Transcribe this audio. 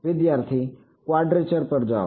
વિદ્યાર્થી ક્વાડરેટિક પર જાઓ